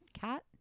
cat